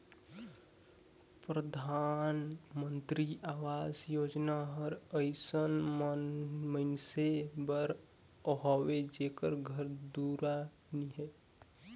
परधानमंतरी अवास योजना हर अइसन मइनसे बर हवे जेकर घर दुरा नी हे